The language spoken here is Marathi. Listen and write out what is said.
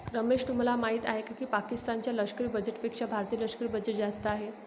रमेश तुम्हाला माहिती आहे की पाकिस्तान च्या लष्करी बजेटपेक्षा भारतीय लष्करी बजेट जास्त आहे